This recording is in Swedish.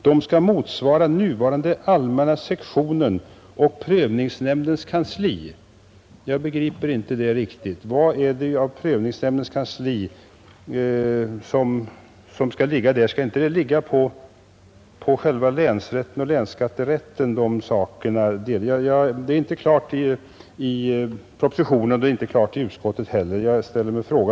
De skall motsvara nuvarande allmänna sektionen och prövningsnämndens kansli. Jag begriper inte riktigt vilken del av prövningsnämndens kansli som skall ligga där. Bör inte dessa uppgifter falla på själva länsrätten och länsskatterätten? Detta framgår inte klart i propositionen och inte heller i utskottets betänkande.